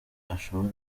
ashobora